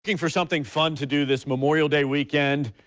for something fun to do this memorial day weekend,